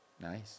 Nice